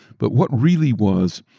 but what really was,